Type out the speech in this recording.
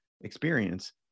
experience